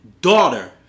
daughter